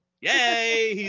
yay